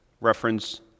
reference